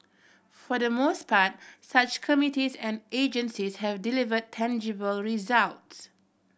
for the most part such committees and agencies have delivered tangible results